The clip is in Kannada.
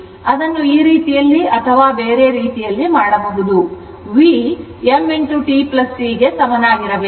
ಅದನ್ನು ಈ ರೀತಿ ಅಥವಾ ಬೇರೆ ರೀತಿಯಲ್ಲಿ ಮಾಡಬೇಕು V m t C ಗೆ ಸಮನಾಗಿರಬೇಕು